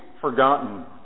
forgotten